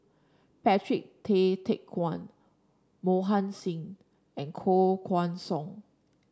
Patrick Tay Teck Guan Mohan Singh and Koh Guan Song